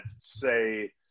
say